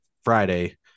Friday